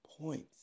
points